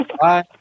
Bye